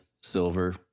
silver